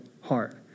heart